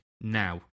Now